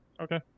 Okay